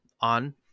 on